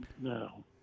no